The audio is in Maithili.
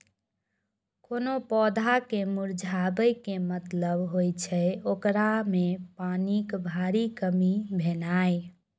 कोनो पौधा के मुरझाबै के मतलब होइ छै, ओकरा मे पानिक भारी कमी भेनाइ